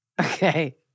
Okay